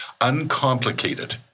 uncomplicated